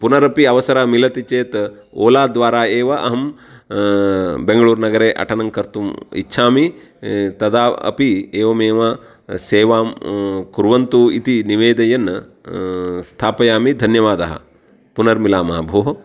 पुनरपि अवसरः मिलति चेत् ओला द्वारा एव अहं बेङ्गळूर्नगरे अटनं कर्तुम् इच्छामि तदा अपि एवमेव सेवां कुर्वन्तु इति निवेदयन् स्थापयामि धन्यवादः पुनर्मिलामः भोः